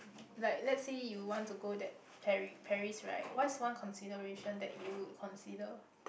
like let's say you want to go that Pari~ Paris right what is one consideration that you would consider